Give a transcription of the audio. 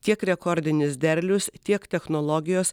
tiek rekordinis derlius tiek technologijos